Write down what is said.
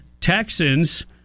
Texans